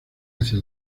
hacia